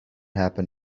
happen